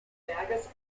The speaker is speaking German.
berges